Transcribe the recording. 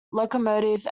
locomotive